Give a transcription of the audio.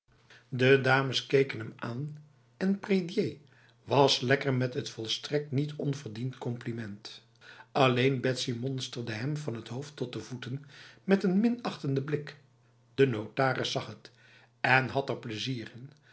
de dames keken hem aan en prédier was lekker met het volstrekt niet onverdiend compliment alleen betsy monsterde hem van het hoofd tot de voeten met een minachtende blik de notaris zag het en had er plezier in